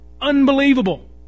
unbelievable